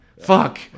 fuck